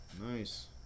Nice